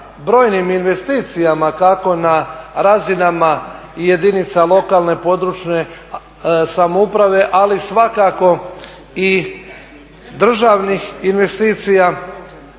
brojnim investicijama kako na razinama i jedinica lokalne, područne samouprave ali svakako i državnih investicija